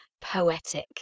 poetic